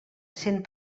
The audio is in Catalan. cent